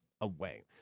away